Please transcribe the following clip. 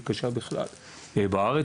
היא קשה בכלל בארץ,